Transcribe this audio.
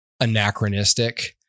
anachronistic